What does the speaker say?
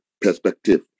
perspective